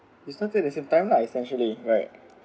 we started at the same time lah essentially right